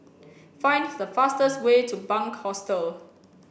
find the fastest way to Bunc Hostel